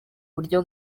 buryo